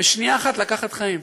ובשנייה אחת לקחת חיים.